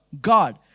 God